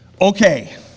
okay